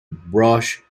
brush